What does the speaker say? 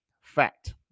fact